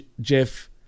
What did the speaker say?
jeff